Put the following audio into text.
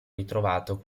ritrovato